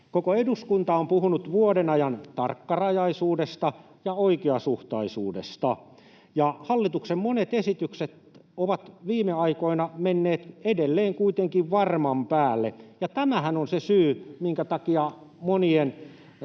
Koko eduskunta on puhunut vuoden ajan tarkkarajaisuudesta ja oikeasuhtaisuudesta. Hallituksen monet esitykset ovat viime aikoina menneet edelleen kuitenkin varman päälle, ja tämähän on se syy, minkä takia monien